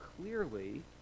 clearly